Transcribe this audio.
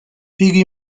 peggy